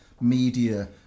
media